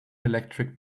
electric